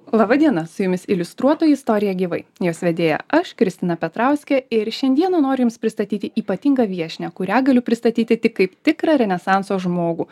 laba diena su jumis iliustruotoji istorija gyvai jos vedėja aš kristina petrauskė ir šiandieną noriu jums pristatyti ypatingą viešnią kurią galiu pristatyti tik kaip tikrą renesanso žmogų